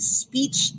speech